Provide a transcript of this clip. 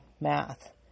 math